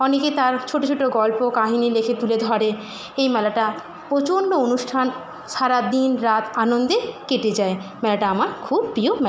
অনেকে তার ছোটো ছোটো গল্প কাহিনি লেখে তুলে ধরে এই মেলাটা প্রচন্ড অনুষ্ঠান সারা দিন রাত আনন্দে কেটে যায় মেলাটা আমার খুব প্রিয় মে